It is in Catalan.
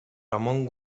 ramon